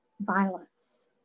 violence